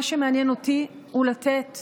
מה שמעניין אותי הוא לתת